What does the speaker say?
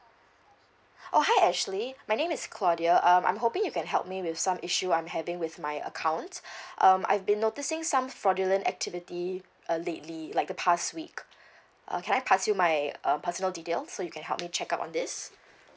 oh hi ashley my name is claudia um I'm hoping you can help me with some issue I'm having with my account um I've been noticing some fraudulent activity uh lately like the past week err can I pass you my uh personal details so you can help me check up on this